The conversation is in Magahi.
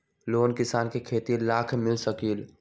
लोन किसान के खेती लाख मिल सकील?